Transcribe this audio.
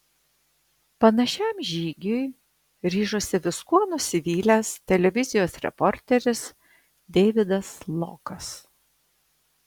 panašiam žygiui ryžosi viskuo nusivylęs televizijos reporteris deividas lokas